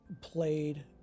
played